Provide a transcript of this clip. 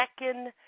second